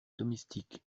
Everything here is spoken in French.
domestique